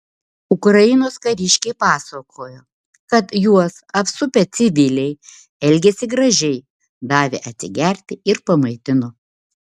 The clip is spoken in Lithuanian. ukrainos kariškiai pasakojo kad juos apsupę civiliai elgėsi gražiai davė atsigerti ir pamaitino